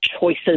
choices